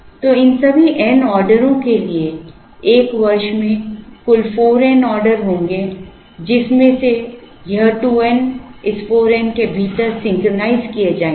तो इन सभी n ऑर्डरोंके लिए एक वर्ष में कुल 4 n ऑर्डर होंगे जिसमें से यह 2 n इस 4 n के भीतर सिंक्रनाइज़ किए जाएंगे